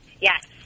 Yes